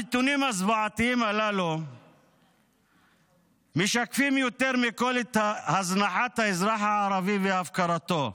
הנתונים הזוועתיים הללו משקפים יותר מכול את הזנחת האזרח הערבי והפקרתו.